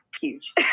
huge